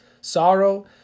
sorrow